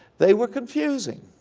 they were confusing.